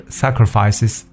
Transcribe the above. sacrifices